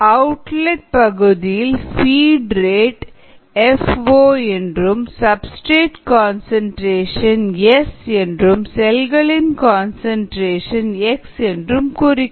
outlet பகுதியில் feed rate F O என்றும் substrate concentration S என்றும் செல்களின் கன்சன்ட்ரேஷன் எக்ஸ் என்றும் குறிக்கும்